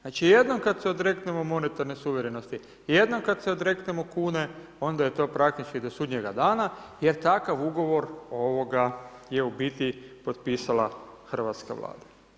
Znači jednom kad se odreknemo monetarne suverenosti, jednom kad se odreknemo kune onda je to praktički do sudnjega dana jer takav ugovor je u biti potpisala hrvatska Vlada.